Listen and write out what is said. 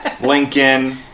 Lincoln